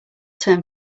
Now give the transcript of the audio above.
term